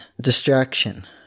distraction